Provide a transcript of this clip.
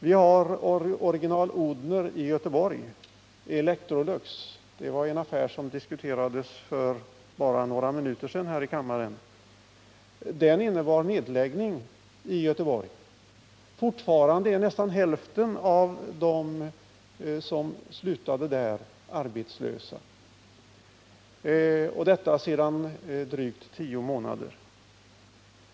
Vi har AB Electrolux dotterbolag i Göteborg, AB Original Odhner — en affär som diskuterades här i kammaren för bara några minuter sedan. Den affären innebar nedläggning i Göteborg. Fortfarande, sedan drygt tio månader tillbaka, är nästan hälften av dem som slutade vid företaget arbetslösa.